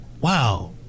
wow